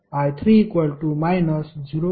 152 A आणि I3 −0